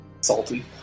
Salty